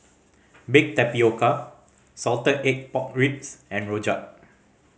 baked tapioca salted egg pork ribs and rojak